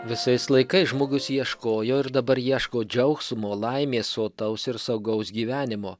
visais laikais žmogus ieškojo ir dabar ieško džiaugsmo laimės sotaus ir saugaus gyvenimo